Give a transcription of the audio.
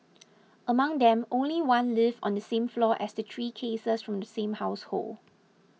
among them only one lived on the same floor as the three cases from the same household